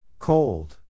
Cold